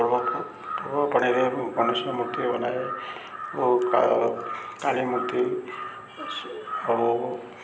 ପୂର୍ବ ପୂର୍ବ ପାଣିରେ ଗଣେଶଣ ମୂର୍ତ୍ତି ବନାଏ ଓ କାଳୀ ମୂର୍ତ୍ତି ଆଉ